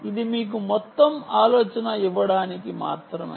ఇది మీకు మొత్తం ఆలోచన ఇవ్వడానికి మాత్రమే